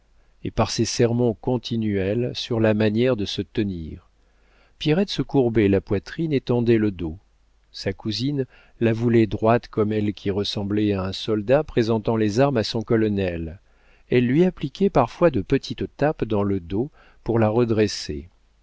et par ces sermons continuels sur la manière de se tenir pierrette se courbait la poitrine et tendait le dos sa cousine la voulait droite comme elle qui ressemblait à un soldat présentant les armes à son colonel elle lui appliquait parfois de petites tapes dans le dos pour la redresser